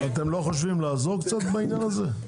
אתם לא חושבים לעזור קצת בעניין הזה?